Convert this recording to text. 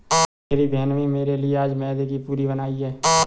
मेरी बहन में मेरे लिए आज मैदे की पूरी बनाई है